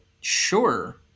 Sure